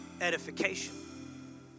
edification